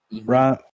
right